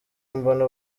mbona